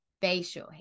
facial